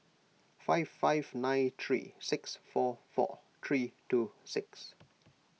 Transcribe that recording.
five five nine three six four four three two six